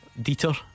Dieter